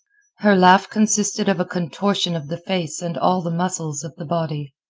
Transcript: her laugh consisted of a contortion of the face and all the muscles of the body.